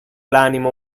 l’animo